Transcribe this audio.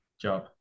job